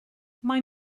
maen